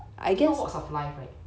different walks of life right